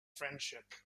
friendship